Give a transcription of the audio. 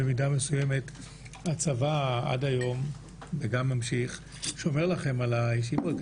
אני חושב שבמידה מסוימת הצבא עד היום שומר לכם על הישיבות.